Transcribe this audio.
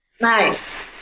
Nice